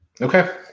Okay